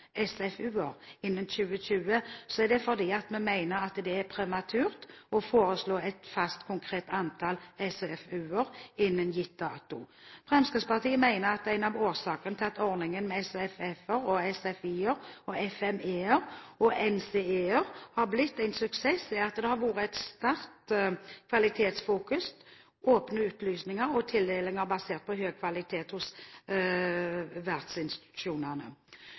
innen 2020, er det fordi vi mener det er prematurt å foreslå et fast, konkret antall SFU-er innen en gitt dato. Fremskrittspartiet mener en av årsakene til at ordningen med SFF-er, SFI-er – sentre for forskningsdrevet innovasjon – FMF-er – Forum for materielle fremskaffelser – og NCE-er – Norwegian Centres of Expertise – har blitt en suksess, er at det har vært et sterkt kvalitetsfokus, åpne utlysninger og tildelinger basert på